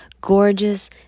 gorgeous